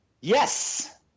Yes